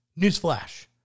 newsflash